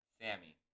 Sammy